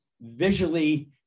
visually